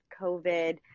COVID